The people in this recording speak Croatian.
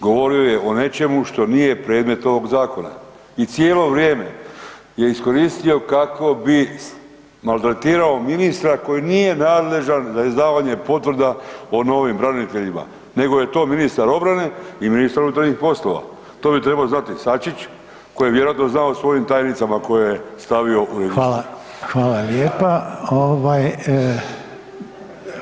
Govorio je o nečemu što nije predmet ovog zakona i cijelo vrijeme je iskoristio kako bi maltretirao ministra koji nije nadležan za izdavanje potvrda o novim braniteljima nego je to ministar obrane i ministar unutarnjih poslova, to bi trebao znati i Sačić koji vjerojatno zna o svojim tajnicama koje je stavio u registar.